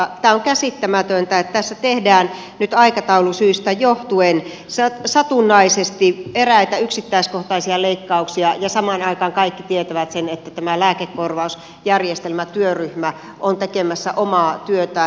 tämä on käsittämätöntä että tässä tehdään nyt aikataulusyistä johtuen satunnaisesti eräitä yksittäisiä leikkauksia ja samaan aikaan kaikki tietävät sen että tämä lääkekorvausjärjestelmätyöryhmä on tekemässä omaa työtään